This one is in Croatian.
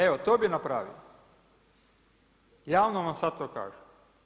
Evo to bi napravio, javno vam sada to kažem.